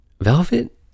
velvet